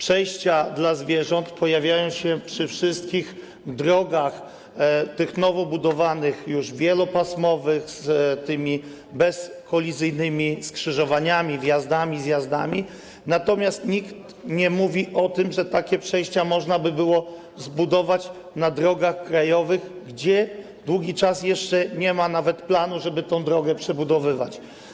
Przejścia dla zwierząt pojawiają się na wszystkich nowo budowanych drogach, tych wielopasmowych z tymi bezkolizyjnymi skrzyżowaniami, wjazdami, zjazdami, natomiast nikt nie mówi o tym, że takie przejścia można by było zbudować na drogach krajowych, gdzie jeszcze nie ma nawet planu, żeby tę drogę przebudowywać.